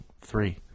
three